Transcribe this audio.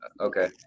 Okay